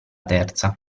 terza